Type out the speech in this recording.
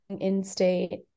in-state